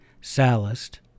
Sallust